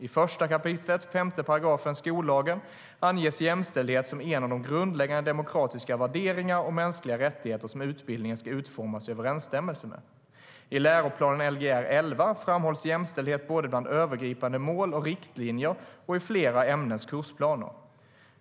I 1 kap. 5 § skollagen anges jämställdhet som en av de grundläggande demokratiska värderingar och mänskliga rättigheter som utbildningen ska utformas i överensstämmelse med.I läroplanen, Lgr 11, framhålls jämställdhet både bland övergripande mål och riktlinjer och i flera ämnens kursplaner.